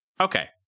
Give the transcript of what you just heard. Okay